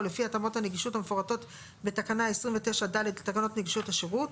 או לפי התאמות הנגישות המפורטות בתקנה 29(ד) לתקנות נגישות השירות,